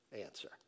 answer